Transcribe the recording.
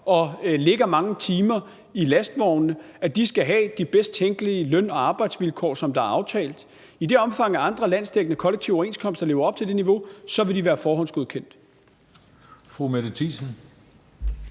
og lægger mange timer i lastvognene, skal have de bedst tænkelige løn- og arbejdsvilkår, som er aftalt. I det omfang andre landsdækkende kollektive overenskomster lever op til det niveau, vil de være forhåndsgodkendt.